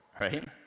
right